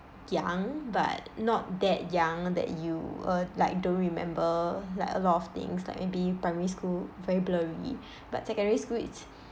young but not that young that you uh like don't remember like a lot of things like maybe primary school very blurry but secondary school it